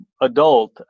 adult